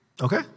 Okay